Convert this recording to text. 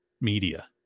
media